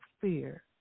fear